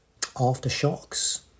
aftershocks